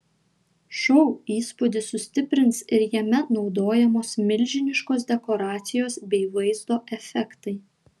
šou įspūdį sustiprins ir jame naudojamos milžiniškos dekoracijos bei vaizdo efektai